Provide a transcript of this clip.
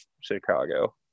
Chicago